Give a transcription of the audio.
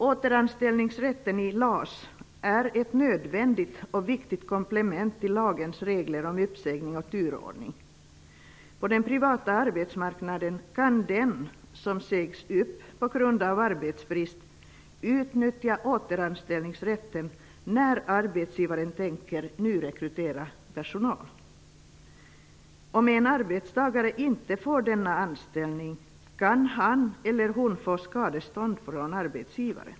Återanställningsrätten i LAS är ett nödvändigt och viktigt komplement till lagens regler om uppsägning och turordning. På den privata arbetsmarknaden kan den som sägs upp på grund av arbetsbrist utnyttja återanställningsrätten när arbetsgivaren tänker nyrekrytera personal. Om en arbetstagare inte får denna anställning kan han eller hon få skadestånd från arbetsgivaren.